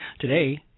Today